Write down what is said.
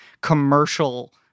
commercial